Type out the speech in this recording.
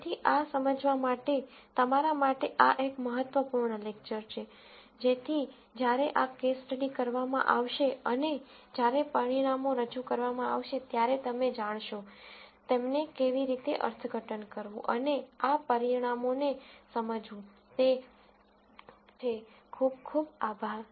તેથી આ સમજવા માટે તમારા માટે આ એક મહત્વપૂર્ણ લેકચર છે જેથી જ્યારે આ કેસ સ્ટડી કરવામાં આવશે અને જ્યારે પરિણામો રજૂ કરવામાં આવશે ત્યારે તમે જાણશો તેમને કેવી રીતે અર્થઘટન કરવું અને આ પરિણામોને સમજવું તે છે ખૂબ ખૂબ આભાર